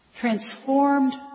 Transformed